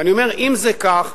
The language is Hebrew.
ואני אומר: אם זה כך,